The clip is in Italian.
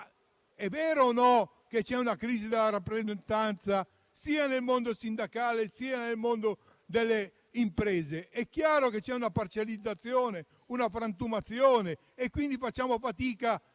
è vero che c'è una crisi della rappresentanza nel mondo sia sindacale che delle imprese? È chiaro che c'è una parcellizzazione, una frantumazione, per cui facciamo fatica a